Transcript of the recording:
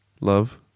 love